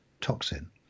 toxin